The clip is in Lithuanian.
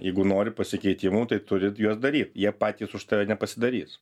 jeigu nori pasikeitimų tai turi juos daryt jie patys už tave nepasidarys